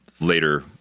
later